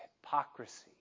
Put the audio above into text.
hypocrisy